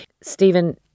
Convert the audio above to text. Stephen